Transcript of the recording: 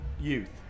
youth